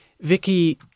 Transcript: Vicky